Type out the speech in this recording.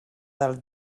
del